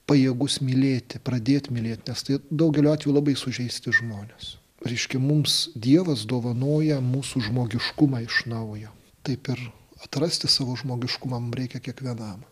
pajėgus mylėti pradėt mylėt nes tai daugeliu atvejų labai sužeistas žmonės reiškia mums dievas dovanoja mūsų žmogiškumą iš naujo taip ir atrasti savo žmogiškumą mum reikia kiekvienam